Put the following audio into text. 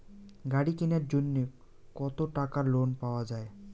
গাড়ি কিনার জন্যে কতো টাকা লোন পাওয়া য়ায়?